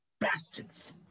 Bastards